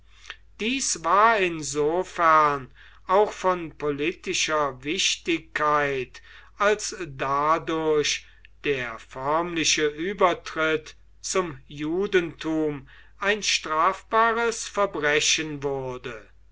dies war insofern auch von politischer wichtigkeit als dadurch der förmliche übertritt zum judentum ein strafbares verbrechen wurde